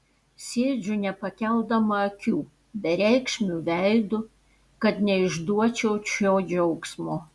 sėdžiu nepakeldama akių bereikšmiu veidu kad neišduočiau šio džiaugsmo